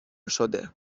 شده